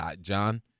John